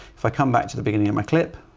if i come back to the beginning of my clip,